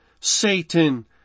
Satan